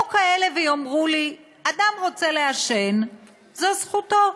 יבואו כאלה ויאמרו לי: אדם רוצה לעשן, זו זכותו.